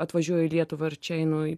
atvažiuoju į lietuvą ir čia einu į